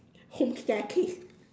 home staircase